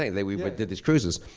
saying. yeah. we did these cruises,